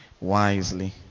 wisely